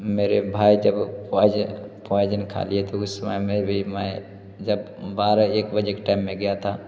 मेरे भाई जब पोआइजन पोआइजन खा लिए थे उस समय में भी मैं जब बारह एक बजे के टाइम में गया था